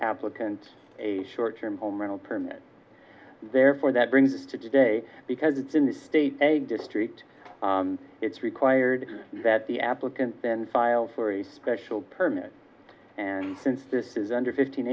applicant a short term home rental permit therefore that brings us to today because it's in the state district it's required that the applicant then file for a special permit and since this is under fifteen